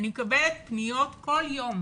אני מקבלת פניות כל יום